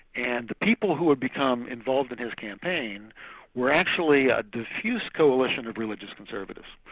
and the people who had become involved in his campaign were actually a diffuse coalition of religious conservatives.